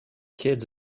kids